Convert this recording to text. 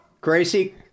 Gracie